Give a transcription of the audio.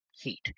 heat